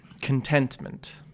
contentment